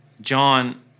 John